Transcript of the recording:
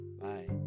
Bye